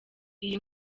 iyi